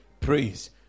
Praise